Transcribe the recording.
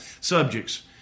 subjects